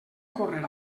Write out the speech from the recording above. córrer